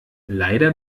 leider